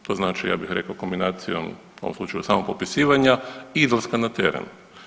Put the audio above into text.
To znači ja bih rekao kombinacijom u ovom slučaju samo popisivanja i izlaska na teren.